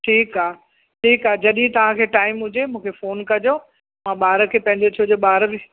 ठीकु आहे ठीकु आहे जॾहिं तव्हां टाइम हुजे मूंखे फ़ोन कजो मां ॿार खे पंहिजें छो जो ॿार बि